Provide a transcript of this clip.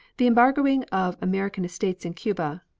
the embargoing of american estates in cuba,